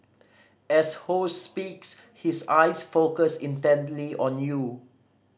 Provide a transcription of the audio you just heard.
as Ho speaks his eyes focus intently on you